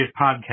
podcast